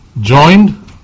joined